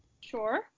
Sure